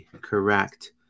Correct